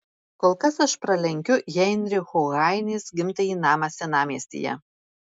kol kas aš pralenkiu heinricho heinės gimtąjį namą senamiestyje